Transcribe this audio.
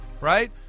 right